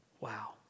Wow